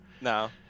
No